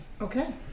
Okay